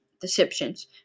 deceptions